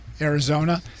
arizona